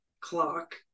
CLOCK